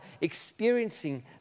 experiencing